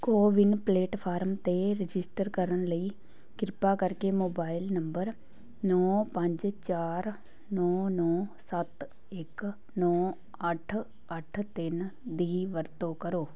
CoWIN platform 'ਤੇ register ਕਰਨ ਲਈ ਕਿਰਪਾ ਕਰਕੇ ਮੋਬਾਇਲ ਨੰਬਰ ਨੌ ਪੰਜ ਚਾਰ ਨੌ ਨੌ ਸੱਤ ਇੱਕ ਨੌ ਅੱਠ ਅੱਠ ਤਿੰਨ ਦੀ ਵਰਤੋਂ ਕਰੋ